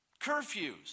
curfews